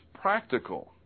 practical